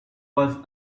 was